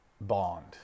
bond